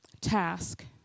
task